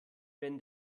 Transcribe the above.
wenn